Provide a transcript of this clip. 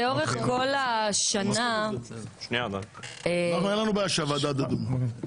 אין לנו בעיה שהוועדה תדון.